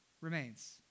remains